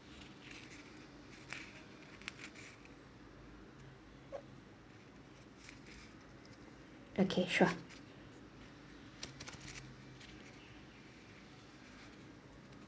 okay sure